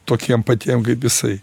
tokiem patiem kaip jisai